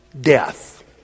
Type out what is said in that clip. death